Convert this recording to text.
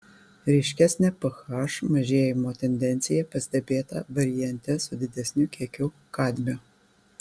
ryškesnė ph mažėjimo tendencija pastebėta variante su didesniu kiekiu kadmio